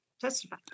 testify